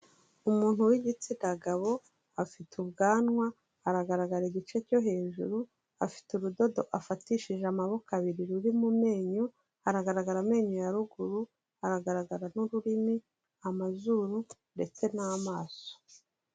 Umuntu w'igitsina gabo afite ubwanwa, aragaragara igice cyo hejuru, afite urudodo afatishije amaboko abiri ruri mu menyo, aragaragara amenyo ya ruguru, aragaragara n'ururimi, amazuru ndetse n'amaso.